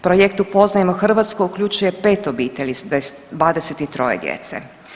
Projekt Upoznajmo Hrvatsku uključuje 5 obitelji s 23 djece.